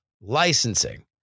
licensing